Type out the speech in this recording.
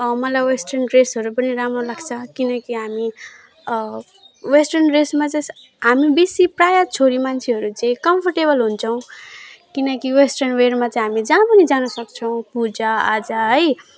मलाई वेस्टर्न ड्रेसहरू पनि राम्रो लाग्छ किनकि हामी वेस्टर्न ड्रेसमा चाहिँ हामी बेसी प्रायः छोरी मान्छेहरू चाहिँ कम्फर्टेबल हुन्छौँ किनकि वेस्टर्न वेरमा चाहिँ हामी जहाँ पनि जान सक्छौँ पूजाआजा है